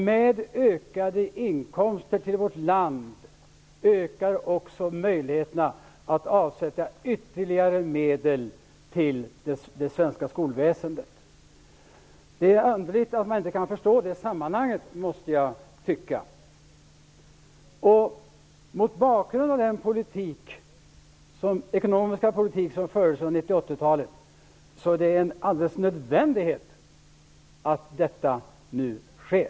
Med ökade inkomster till vårt land ökar också möjligheterna att avsätta ytterligare medel till det svenska skolväsendet. Det är underligt att man inte kan förstå det sambandet, måste jag säga. Mot bakgrund av den ekonomiska politik som fördes under 80 och 90-talet är det alldeles nödvändigt att detta nu sker.